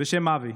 בשם אבי,